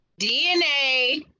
DNA